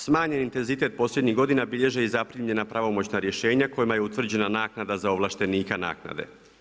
Smanjen intenzitet posljednjih godina bilježe i zaprimljena pravomoćna rješenja kojima je utvrđena naknada za ovlaštenika naknade.